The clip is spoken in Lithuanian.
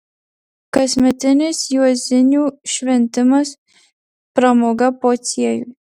kasmetinis juozinių šventimas pramoga pociejui